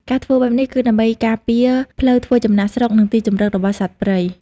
ការធ្វើបែបនេះ គឺដើម្បីការពារផ្លូវធ្វើចំណាកស្រុក និងទីជម្រករបស់សត្វព្រៃ។